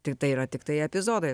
tik tai yra tiktai epizodai